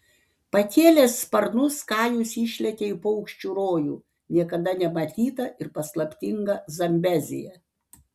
pakėlęs sparnus kajus išlekia į paukščių rojų niekada nematytą ir paslaptingą zambeziją